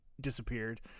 disappeared